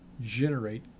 generate